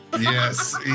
Yes